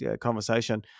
conversation